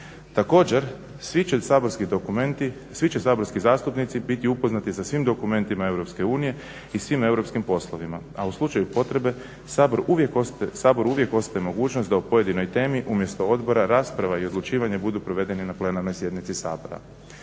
Također, svi će saborski zastupnici biti upoznati sa svim dokumentima Europske unije i svim europskim poslovima, a u slučaju potrebe Saboru uvijek ostaje mogućnost da o pojedinoj temi umjesto odbora rasprava i odlučivanja budu provedeni na plenarnoj sjednici Sabora.